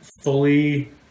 fully